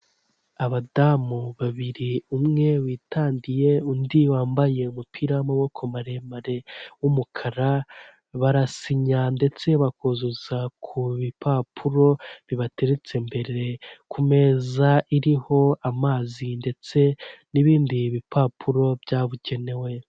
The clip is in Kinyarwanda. Abadamu babiri umwe witandiye, undi wambaye umupira w'amaboko maremare w'umukara barasinya ndetse bakuzuza ku bipapuro bibateretse imbere ku meza iriho amazi ndetse n'ibindi bipapuro byabugenewe.